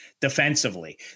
defensively